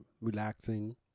relaxing